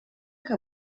que